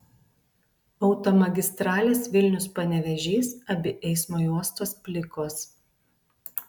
automagistralės vilnius panevėžys abi eismo juostos plikos